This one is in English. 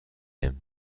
him